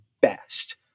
best